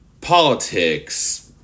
politics